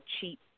cheap